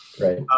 right